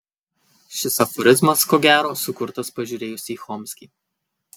šis aforizmas ko gero sukurtas pažiūrėjus į chomskį